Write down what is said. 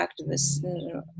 activists